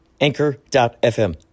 Anchor.fm